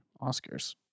Oscars